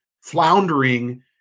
floundering